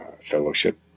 fellowship